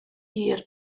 wir